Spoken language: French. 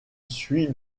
suit